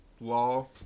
law